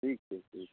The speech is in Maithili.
ठीक छै ठीक